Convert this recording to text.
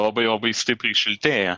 labai labai stipriai šiltėja